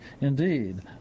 Indeed